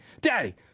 Daddy